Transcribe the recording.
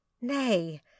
Nay